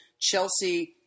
Chelsea